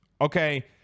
okay